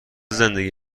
زندگی